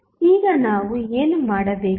ಈಗ ನಾವು ಏನು ಮಾಡಬೇಕು